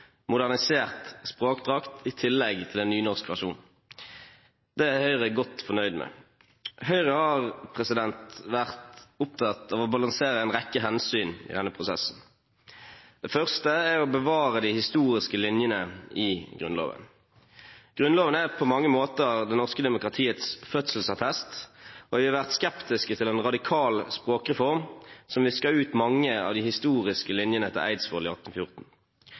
modernisert språkdrakt i tillegg til en nynorsk versjon. Det er Høyre godt fornøyd med. Høyre har vært opptatt av å balansere en rekke hensyn i denne prosessen. Det første er å bevare de historiske linjene i Grunnloven. Grunnloven er på mange måter det norske demokratiets fødselsattest, og vi har vært skeptiske til en radikal språkreform som visker ut mange av de historiske linjene etter Eidsvoll i 1814.